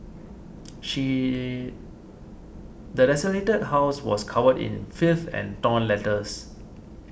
the desolated house was covered in filth and torn letters